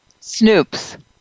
Snoops